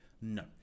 No